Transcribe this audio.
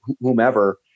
whomever